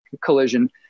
collision